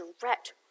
direct